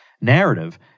narrative